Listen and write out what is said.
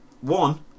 One